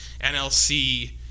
NLC